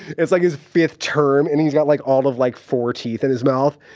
it's like his fifth turn and he's got like all of like four teeth in his mouth.